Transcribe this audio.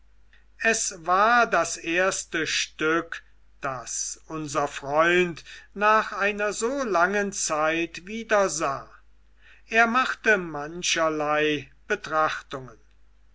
es war das erste stück das unser freund nach einer so langen zeit wieder sah er machte mancherlei betrachtungen